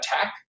attack